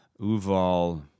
Uval